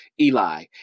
Eli